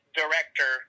director